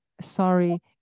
sorry